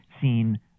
seen